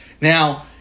Now